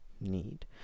need